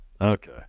Okay